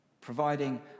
providing